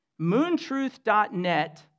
Moontruth.net